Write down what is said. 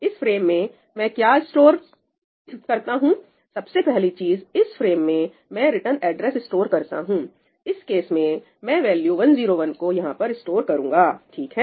इस फ्रेम में मैं क्या स्टोर करता हूं सबसे पहली चीज इस फ्रेम में मैं रिटर्न एड्रेस स्टोर करता हूं इस केस में मैं वैल्यू 101 को यहां पर स्टोर करूंगा ठीक है